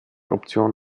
option